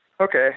Okay